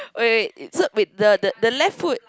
oh wait wait it so with the the the left foot